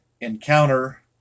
encounter